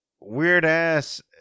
weird-ass